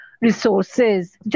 resources